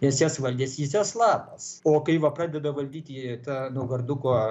nes jas valdęs iziaslavas o kai va pradeda valdyti tą naugarduko